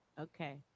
Okay